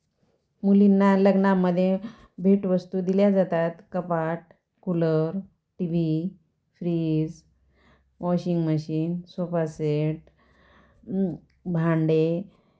मुलींना लग्नामध्ये भेटवस्तू दिल्या जातात कपाट cooler TV fridge washing machine sofa set भांडे